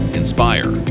inspire